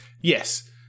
Yes